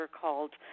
called